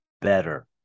better